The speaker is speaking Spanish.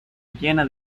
llena